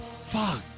fuck